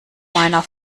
meiner